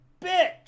bitch